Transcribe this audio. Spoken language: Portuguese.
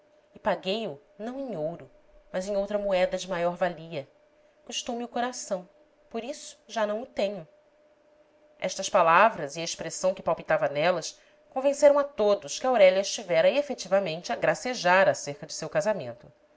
e paguei o não em ouro mas em outra moeda de maior valia custou-me o coração por isso já não o tenho estas palavras e a expressão que palpitava nelas convenceram a todos que aurélia estivera efetivamente a gracejar acerca de seu casamento